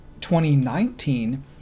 2019